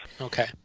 okay